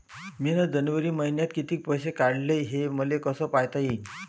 मिन जनवरी मईन्यात कितीक पैसे काढले, हे मले कस पायता येईन?